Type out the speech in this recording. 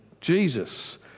Jesus